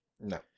No